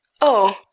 Oh